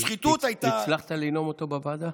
הצלחת לנאום אותו בוועדה?